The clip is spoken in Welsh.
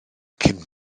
cyn